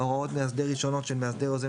הוראות מאסדר ראשונות של מאסדר יוזם